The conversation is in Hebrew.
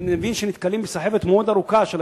ואני מבין שהם נתקלים בסחבת מאוד ארוכה של